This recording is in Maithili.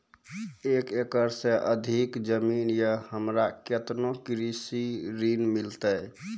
एक एकरऽ से अधिक जमीन या हमरा केतना कृषि ऋण मिलते?